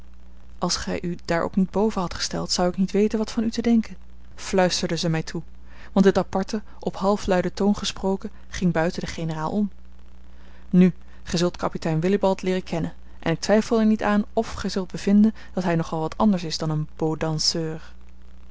als gij u daar ook niet boven hadt gesteld zou ik niet weten wat van u te denken fluisterde zij mij toe want dit aparte op halfluiden toon gesproken ging buiten den generaal om nu gij zult kapitein willibald leeren kennen en ik twijfel er niet aan f gij zult bevinden dat hij nog wel wat anders is dan een beau danseur